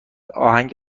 آهنگ